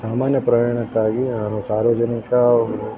ಸಾಮಾನ್ಯ ಪ್ರಯಾಣಕ್ಕಾಗಿ ನಾನು ಸಾರ್ವಜನಿಕ